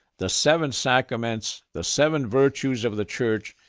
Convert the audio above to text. the seven sacraments, the seven virtues of the church,